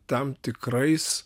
tam tikrais